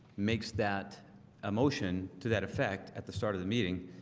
makes that a motion to that effect at the start of the meeting